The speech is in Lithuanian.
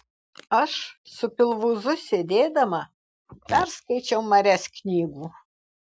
aš su pilvūzu sėdėdama perskaičiau marias knygų